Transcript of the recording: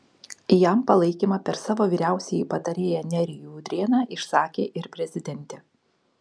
jam palaikymą per savo vyriausiąjį patarėją nerijų udrėną išsakė ir prezidentė